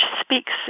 speaks